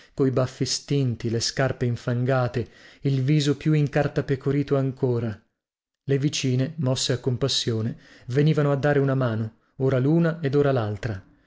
coi baffi stinti le scarpe infangate il viso più incartapecorito ancora le vicine mosse a compassione venivano a dare una mano ora luna ed ora laltra